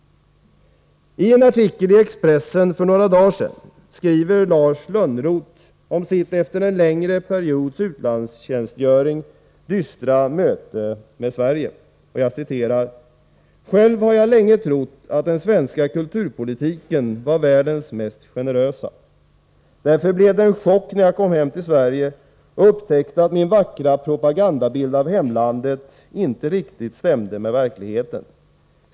I en artikel i Expressen för några dagar sedan skrev Lars Lönnroth om sitt dystra möte med Sverige efter en längre periods utlandstjänstgöring. ”Själv har jag länge trott att den svenska kulturpolitiken var världens mest generösa. ——-—- Därför blev det en chock när jag kom hem till Sverige och upptäckte att min vackra propagandabild av hemlandet inte riktigt stämde med verkligheten.